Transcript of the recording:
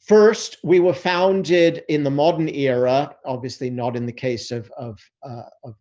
first, we were founded in the modern era, obviously not in the case of of